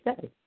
say